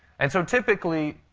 and so typically,